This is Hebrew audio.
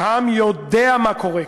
העם יודע מה קורה כאן.